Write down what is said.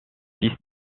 fils